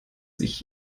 sich